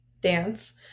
dance